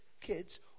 kids